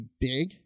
big